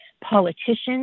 politicians